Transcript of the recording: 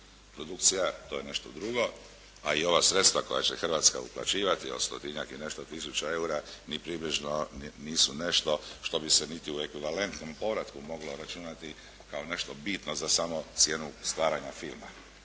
Produkcija to je nešto drugo a i ova sredstva koja će Hrvatska uplaćivati od stotinjak i nešto tisuća eura ni približno nisu nešto što bi se niti u ekvivalentnom povratku moglo računati kao nešto bitno za samu cijenu stvaranja filma.